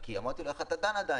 כי אמרתי לו: איך אתה דן עדיין?